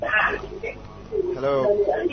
Hello